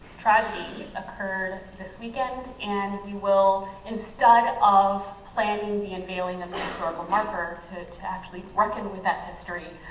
tragedy occurred this weekend and we will instead of planning the unveiling of a historical marker to to actually work in with that history,